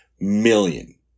million